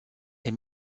est